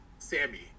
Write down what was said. sammy